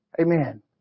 Amen